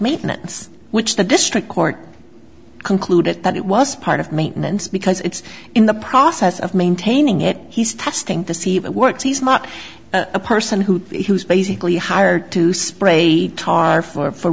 maintenance which the district court concluded that it was part of maintenance because it's in the process of maintaining it he's testing to see if it works he's not a person who he was basically hired to sprayed tar for